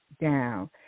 down